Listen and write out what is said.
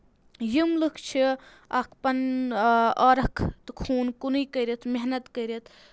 یِم لُکھ چھِ اَکھ پَنُن عٲرق تہٕ خوٗن کُنُے کٔرِتھ محنت کٔرِتھ